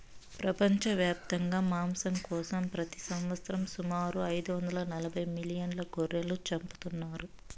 ప్రపంచవ్యాప్తంగా మాంసం కోసం ప్రతి సంవత్సరం సుమారు ఐదు వందల నలబై మిలియన్ల గొర్రెలను చంపుతున్నారు